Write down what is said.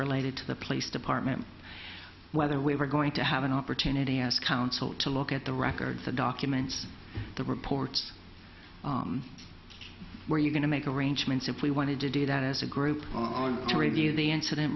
related to the place department whether we were going to have an opportunity as counsel to look at the records the documents the reports were you going to make arrangements if we wanted to do that as a group to radio the incident